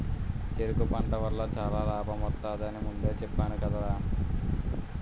చెరకు పంట వల్ల చాలా లాభమొత్తది అని ముందే చెప్పేను కదరా?